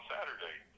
Saturday